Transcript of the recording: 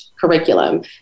curriculum